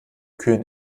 kühlen